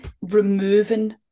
removing